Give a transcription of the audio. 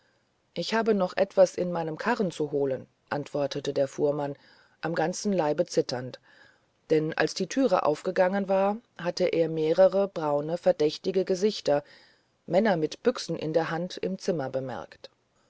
ich habe noch etwas in meinem karren zu holen antwortete der fuhrmann am ganzen leibe zitternd denn als die türe aufgegangen war hatte er mehrere braune verdächtige gesichter männer mit büchsen in der hand im zimmer bemerkt